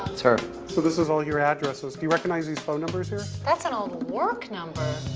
that's her. so this is all your addresses. do you recognize these phone numbers here? that's an old work number.